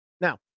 Now